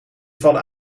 vallen